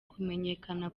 kumenyekana